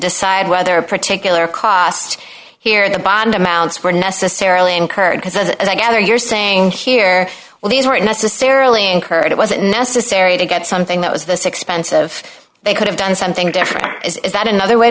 decide whether a particular cost here the bond amounts were necessarily incurred because as i gather you're saying here well these weren't necessarily incurred it wasn't necessary to get something that was this expensive they could have done something different is that another way